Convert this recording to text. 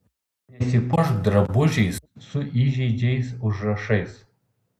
nesipuošk drabužiais su įžeidžiais užrašais